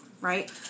right